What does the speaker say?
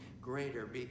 greater